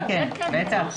כן, בטח.